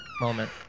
moment